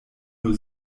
nur